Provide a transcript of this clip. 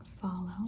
Follow